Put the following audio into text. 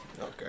Okay